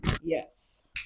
Yes